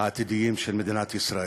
העתידיים של מדינת ישראל,